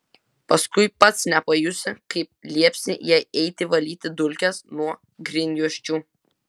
paskui pats nepajusi kaip liepsi jai eiti valyti dulkes nuo grindjuosčių